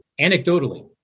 anecdotally